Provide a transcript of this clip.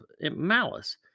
malice